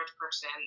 person